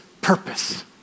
purpose